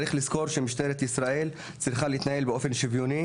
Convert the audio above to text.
צריך לזכור שמשטרת ישראל צריכה להתנהל באופן שוויוני